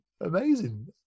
Amazing